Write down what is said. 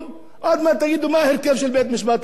עוד מעט תגידו מה ההרכב של בית-המשפט העליון,